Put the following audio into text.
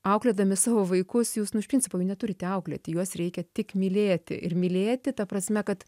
auklėdami savo vaikus jūs nu iš principo jau neturite auklėti juos reikia tik mylėti ir mylėti ta prasme kad